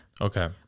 okay